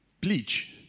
bleach